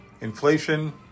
Inflation